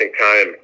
time